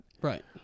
Right